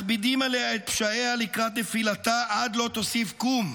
מכבידים עליה את פשעיה לקראת נפילתה עד לא תוסיף קום.